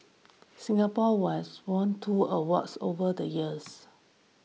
Singapore was won two awards over the years